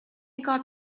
got